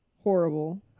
horrible